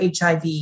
HIV